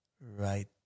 right